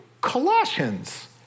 Colossians